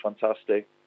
fantastic